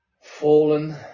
fallen